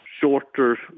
shorter